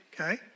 okay